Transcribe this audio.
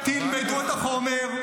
תלמדו את החומר.